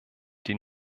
die